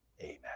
Amen